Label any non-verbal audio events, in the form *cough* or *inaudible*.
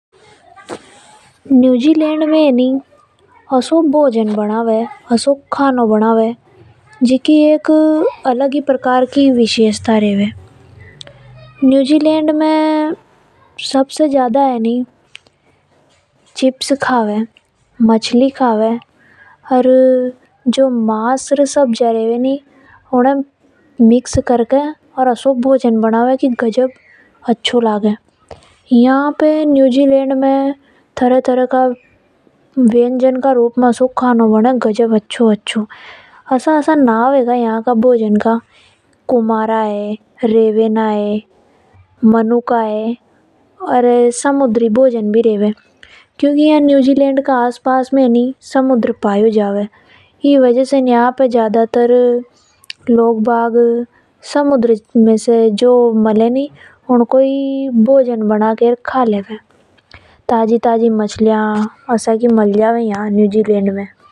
न्यूजीलैंड में असो खानो, भोजन बनावे जीकी एक अलग ही प्रकार की विशेष था रेवे। यहां पे सबसे ज्यादा चिप्स कावे, मछली कावे और मास सब्जियां रेवे उन्हें मिक्स करके असो भोजन बनावे जो गजब अच्छों लगे। *unintelligible* यहां का भोजन का नाम कुमारा, रेवे ना, मनुका हैं। ओर यहां समुद्री भोजन भी बनावे।